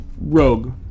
Rogue